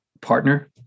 partner